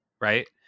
Right